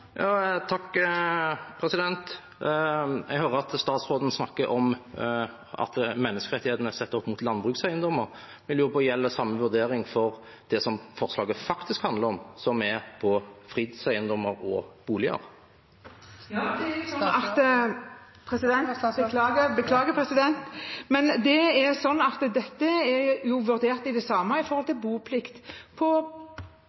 Jeg hører at statsråden snakker om at menneskerettighetene er sett opp mot landbrukseiendommer. Jeg lurer på: Gjelder samme vurdering for det som forslaget faktisk handler om, som er fritidseiendommer og boliger? Ja, dette er vurdert på samme måte når det gjelder boplikt på eiendommer som er vanlige hus, uten jordbruksavtale. Replikkordskiftet er